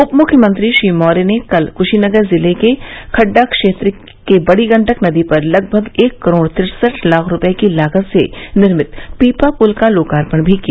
उप मुख्यमंत्री श्री मौर्य ने कल कुशीनगर जिले के खड्डा क्षेत्र के बड़ी गंडक नदी पर लगभग एक करोड़ तिरसठ लाख रुपये की लागत से निर्मित पीपा पुल का लोकार्पण भी किया